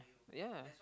yeah